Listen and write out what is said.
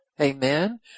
amen